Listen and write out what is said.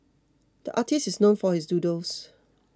the artist is known for his doodles